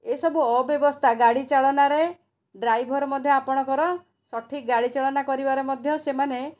ଏସବୁ ଅବ୍ୟବସ୍ଥା ଗାଡ଼ି ଚାଳନାରେ ଡ୍ରାଇଭର ମଧ୍ୟ ଆପଣଙ୍କର ସଠିକ୍ ଗାଡ଼ି ଚଳନା କରିବାରେ ମଧ୍ୟ ସେମାନେ